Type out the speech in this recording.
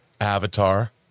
Avatar